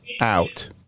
out